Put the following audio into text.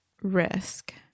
risk